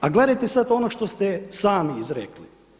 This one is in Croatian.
A gledajte sad ono što ste sami izrekli.